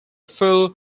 full